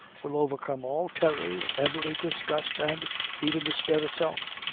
will overcome all terrors, every disgust, and even despair itself.